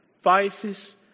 vices